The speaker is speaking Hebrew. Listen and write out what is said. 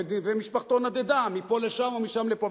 ומשפחתו נדדה מפה לשם ומשם לפה.